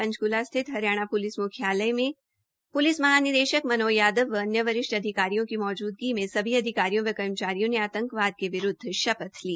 पंचकूला स्थित हरियाणा प्लिस मुख्यालय में प्लिस महानिदेशक मनोज यादव व अन्य वरिष्ठ अधिकारियों की मौजद्गी में सभी अधिकारियों व कर्मचारियों ने आंतकवाद के विरूद्व शपथ ली